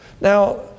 Now